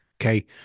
Okay